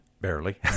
Barely